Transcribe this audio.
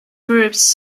groups